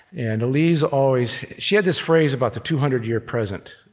and elise always she had this phrase about the two hundred year present,